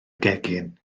gegin